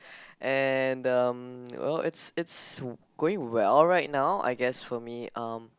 and um well it's it's going well right now I guess for me um